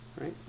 right